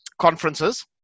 conferences